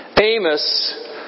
Amos